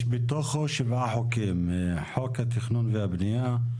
יש בתוכו שבעה חוקים: חוק התכנון והבנייה,